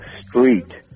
street